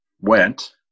went